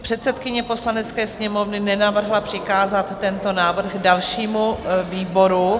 Předsedkyně Poslanecké sněmovny nenavrhla přikázat tento návrh dalšímu výboru.